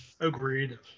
agreed